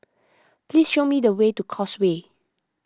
please show me the way to Causeway